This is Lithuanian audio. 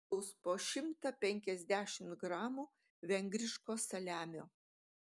kareiviai čia gaus po šimtą penkiasdešimt gramų vengriško saliamio